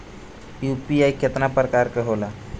UPI केतना प्रकार के होला?